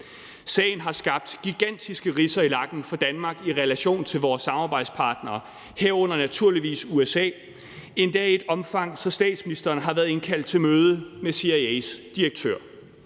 Sagen har skabt gigantiske ridser i lakken for Danmark i relation til vores samarbejdspartnere, herunder naturligvis USA – endda i et omfang, hvor statsministeren har været indkaldt til møde med CIA's direktør.